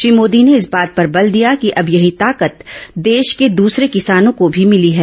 श्री मोदी ने इस बात पर बल दिया कि अब यही ताकत देश के दूसरे किसानों को भी मिली है